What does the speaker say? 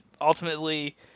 ultimately